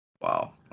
Wow